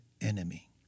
enemy